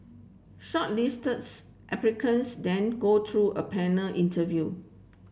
shortlists applicants then go through a panel interview